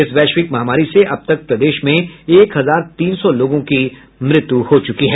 इस वैश्विक महामारी से अब तक प्रदेश में एक हजार तीन सौ लोगों की मौत हो चुकी है